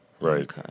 right